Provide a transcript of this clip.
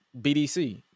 BDC